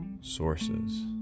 sources